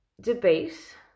debate